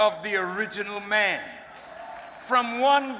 of the original man from one